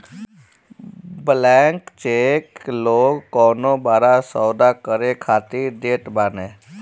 blank cheque लोग कवनो बड़ा सौदा करे खातिर देत बाने